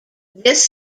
this